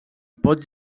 pot